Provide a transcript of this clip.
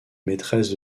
maîtresse